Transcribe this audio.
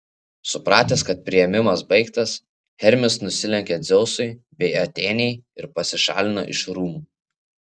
supratęs kad priėmimas baigtas hermis nusilenkė dzeusui bei atėnei ir pasišalino iš rūmų